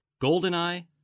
GoldenEye